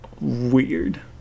Weird